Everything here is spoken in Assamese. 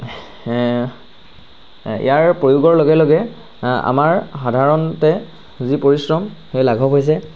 ইয়াৰ প্ৰয়োগৰ লগে লগে আমাৰ সাধাৰণতে যি পৰিশ্ৰম সেই লাঘৱ হৈছে